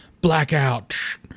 Blackout